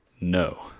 no